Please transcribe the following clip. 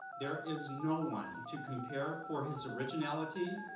there is no one to compare for his originality,